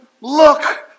look